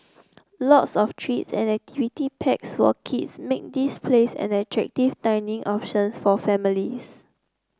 lots of treats and activity packs for kids make this place an attractive dining option for families